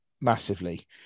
massively